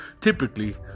typically